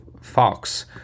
Fox